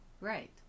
right